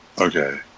okay